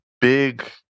big